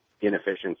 inefficiency